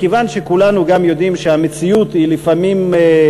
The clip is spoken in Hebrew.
מכיוון שכולנו גם יודעים שהמציאות היא גם לפעמים,